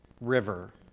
river